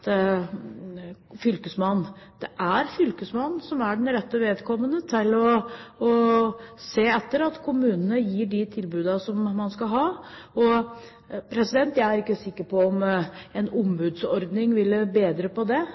fylkesmannen. Det er fylkesmannen som er rette vedkommende når det gjelder å se til at kommunene gir de tilbudene de skal. Jeg er ikke sikker på om en ombudsordning ville bedret på